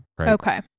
Okay